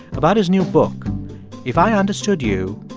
about his new book if i understood you,